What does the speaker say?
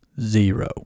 Zero